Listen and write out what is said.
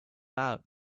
out